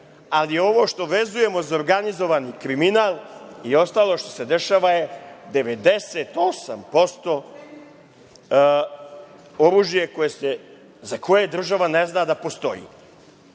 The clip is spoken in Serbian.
ali ovo što vezujemo za organizovani kriminal i ostalo što se dešava je 98% oružje za koje država ne zna da postoji.